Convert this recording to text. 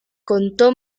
contó